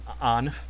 on